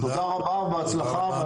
תודה רבה ובהצלחה.